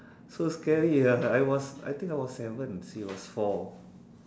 so scary ah I was I think I was seven she was four